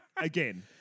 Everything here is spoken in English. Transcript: again